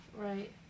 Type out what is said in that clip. Right